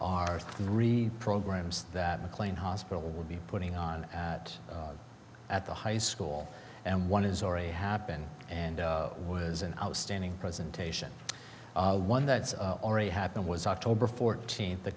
are three programs that mclean hospital would be putting on at at the high school and one is already happened and it was an outstanding presentation one that's already happened was october fourteenth